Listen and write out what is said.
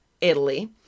Italy